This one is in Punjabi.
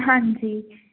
ਹਾਂਜੀ